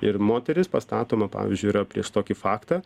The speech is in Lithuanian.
ir moteris pastatoma pavyzdžiui yra prieš tokį faktą